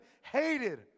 hated